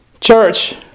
Church